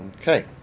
Okay